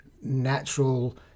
natural